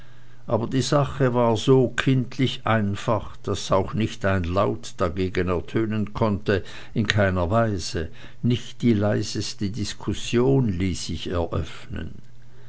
aber die sache war so kindlich einfach daß auch nicht ein laut dagegen ertönen konnte in keiner weise nicht die leiseste diskussion ließ sich eröffnen